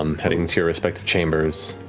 um heading to your respective chambers.